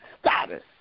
status